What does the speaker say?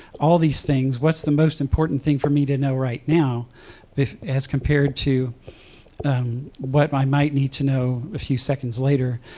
all these things. what's the most important thing for me to know right now as compared to what i might need to know a few seconds later?